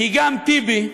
כי גם טיבי,